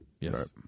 Yes